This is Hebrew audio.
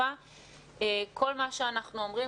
כל מה שאנחנו אומרים,